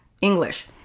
English